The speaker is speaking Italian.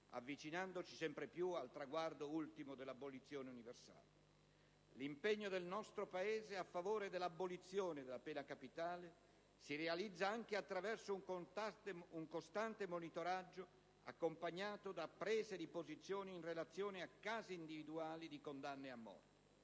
avvicinandoci sempre più al traguardo ultimo dell'abolizione universale. L'impegno del nostro Paese a favore dell'abolizione della pena capitale si realizza anche attraverso un costante monitoraggio accompagnato da prese di posizione in relazione a casi individuali di condanne a morte.